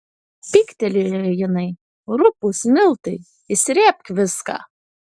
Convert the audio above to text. pyktelėjo jinai rupūs miltai išsrėbk viską